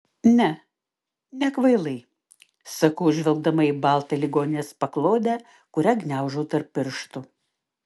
ne nekvailai sakau žvelgdama į baltą ligoninės paklodę kurią gniaužau tarp pirštų